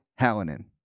Hallinan